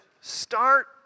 start